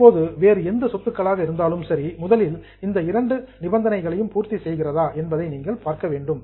இப்போது வேறு எந்த சொத்துக்களாக இருந்தாலும் சரி முதலில் இந்த இரண்டு கண்டிஷன்ஸ் நிபந்தனைகளையும் பூர்த்தி செய்கிறதா என்பதை நீங்கள் பார்க்க வேண்டும்